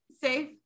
safe